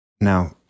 Now